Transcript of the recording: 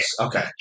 Okay